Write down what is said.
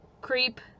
creep